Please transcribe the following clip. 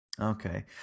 Okay